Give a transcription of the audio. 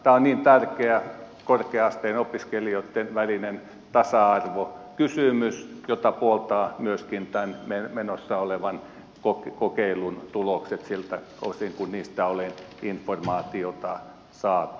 tämä on tärkeä korkea asteen opiskelijoitten välinen tasa arvokysymys jota puoltavat myöskin tämän menossa olevan kokeilun tulokset siltä osin kuin niistä olen informaatiota saanut